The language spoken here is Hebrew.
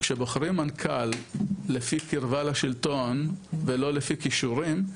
כשבוחרים מנכ"ל לפי קירבה לשלטון ולא לפי כישורים,